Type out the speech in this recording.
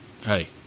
hey